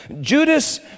Judas